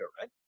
right